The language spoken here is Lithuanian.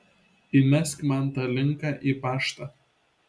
įmesk man tą linką į paštą